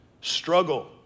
struggle